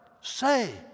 say